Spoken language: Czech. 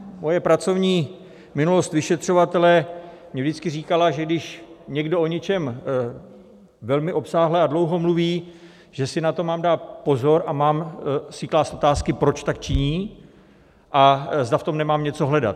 Moje pracovní minulost vyšetřovatele mi vždycky říkala, že když někdo o něčem velmi obsáhle a dlouho mluví, že si na to mám dát pozor a mám si klást otázky, proč tak činí a zda v tom nemám něco hledat.